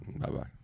Bye-bye